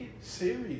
serious